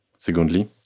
Secondly